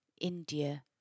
India